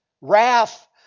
wrath